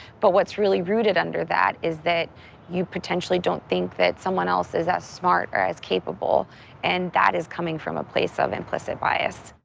but what's really rooted under that is that you potentially don't think that someone else is as smart or as capable and that is coming from a place of implicit bias.